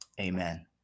Amen